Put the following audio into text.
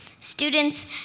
Students